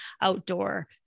outdoor